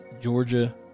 Georgia